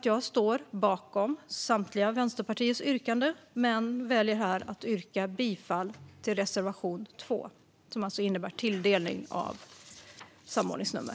Jag står bakom samtliga Vänsterpartiets yrkanden men väljer att yrka bifall endast till reservation 2, som alltså gäller tilldelning av samordningsnummer.